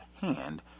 hand